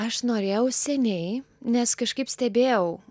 aš norėjau seniai nes kažkaip stebėjau